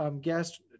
guest